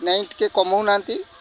ନାହିଁ ଟିକେ କମାଉ ନାହାନ୍ତି